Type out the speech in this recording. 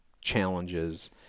challenges